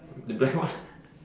the black one